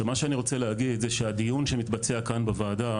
מה שאני רוצה להגיד את זה שהדיון שמתבצע כאן בוועדה,